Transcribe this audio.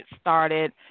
started